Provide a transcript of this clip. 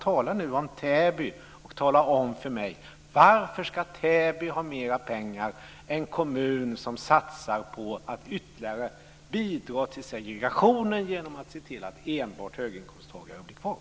Tala om Täby, och tala om för mig varför Täby ska ha mer pengar - en kommun som satsar på att ytterligare bidra till segregationen genom att se till att enbart höginkomsttagare blir kvar.